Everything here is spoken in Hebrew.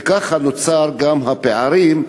וכך נוצרים הפערים,